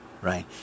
right